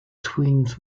twins